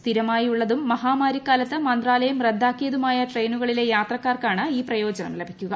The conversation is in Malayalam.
സ്ഥിരമായി ഉള്ളതും മഹാമാരിക്കാല്ത്ത് മന്ത്രാലയം റദ്ദാക്കിയതുമായ ട്രെയിനുകളിലെ യാത്രക്കാർക്കാണ് ഈ പ്രയോജനം ലഭിക്കുക